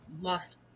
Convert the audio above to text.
lost